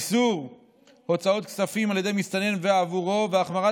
איסור הוצאות כספים על ידי מסתנן ועבורו והחמרת